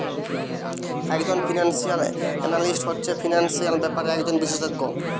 একজন financial analyst হচ্ছে financial ব্যাপারে একজন বিশেষজ্ঞ